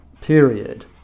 period